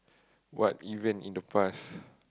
what event in the past